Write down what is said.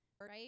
right